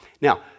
Now